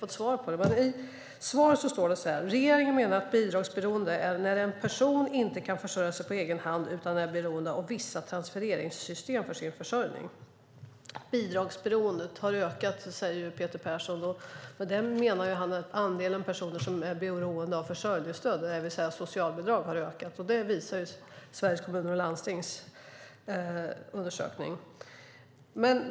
I svaret står det: Regeringen menar att bidragsberoende är när en person inte kan försörja sig på egen hand utan är beroende av vissa transfereringssystem för sin försörjning. Bidragsberoendet har ökat, säger Peter Persson. Med det menar han att den andel personer som är beroende av försörjningsstöd, det vill säga socialbidrag, har ökat. Det visar Sveriges Kommuner och Landstings undersökning.